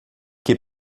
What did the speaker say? que